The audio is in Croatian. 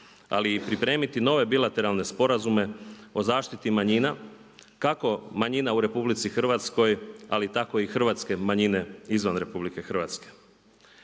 ali i pripremiti nove bilateralne sporazume o zaštiti manjina kako manjina u RH ali tako i hrvatske manjine izvan RH. Želim istaknuti